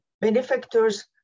benefactors